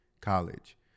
college